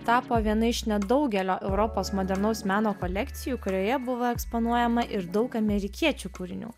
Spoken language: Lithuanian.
tapo viena iš nedaugelio europos modernaus meno kolekcijų kurioje buvo eksponuojama ir daug amerikiečių kūrinių